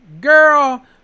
Girl